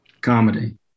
Comedy